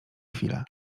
chwilę